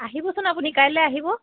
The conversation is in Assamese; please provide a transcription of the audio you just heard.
আহিবচোন আপুনি কাইলৈ আহিব